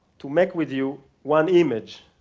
to make with you one image,